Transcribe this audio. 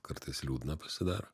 kartais liūdna pasidaro